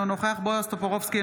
אינו נוכח בועז טופורובסקי,